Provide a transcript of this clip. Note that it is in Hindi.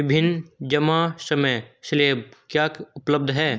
विभिन्न जमा समय स्लैब क्या उपलब्ध हैं?